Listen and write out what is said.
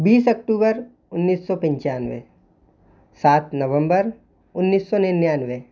बीस अक्टूबर उन्नीस सौ पचानवे सात नवंबर उन्नीस सौ निन्यानवे